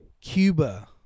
Cuba